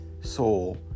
soul